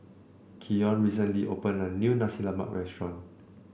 Keion recently opened a new Nasi Lemak restaurant